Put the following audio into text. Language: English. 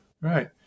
Right